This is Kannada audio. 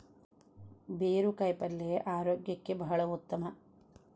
ಬೇರು ಕಾಯಿಪಲ್ಯ ಆರೋಗ್ಯಕ್ಕೆ ಬಹಳ ಉತ್ತಮ